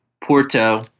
Porto